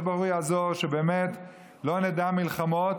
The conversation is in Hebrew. ברוך הוא יעזור שבאמת לא נדע מלחמות.